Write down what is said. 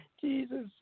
Jesus